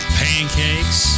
pancakes